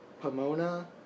Pomona